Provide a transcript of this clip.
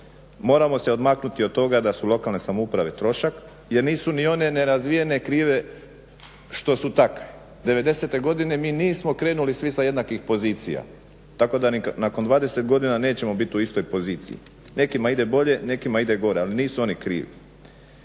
Moramo se odmaknuti od toga da su lokalne samouprave trošak jer nisu ni one nerazvijene krive što su takve. '90-e godine mi nismo krenuli svi sa jednakih pozicija. Tako da ni nakon 20 godina nećemo biti u istoj poziciji. Nekima ide bolje, nekima ide gore ali nisu oni krivi.